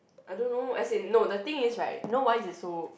I don't know as in no the thing is right you know why is it so